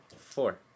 four